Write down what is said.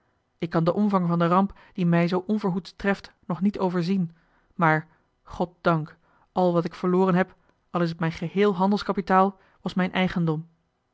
ik kan den omvang van den ramp die mij zoo onverhoeds treft nog niet overzien maar goddank al wat ik verloren heb al is het mijn geheel handelskapitaal was mijn eigendom